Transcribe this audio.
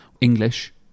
English